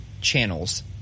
channels